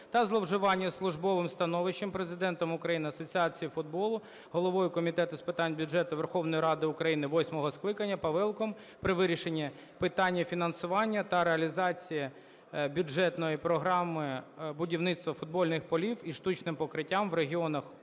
та зловживання службовим становищем президентом Української асоціації футболу, головою Комітету з питань бюджету Верховної Ради України восьмого скликання Павелком при вирішенні питання фінансування та реалізації бюджетної програми "Будівництво футбольних полів із штучним покриттям в регіонах України"